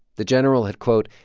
the general had, quote,